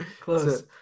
close